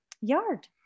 yard